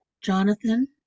Jonathan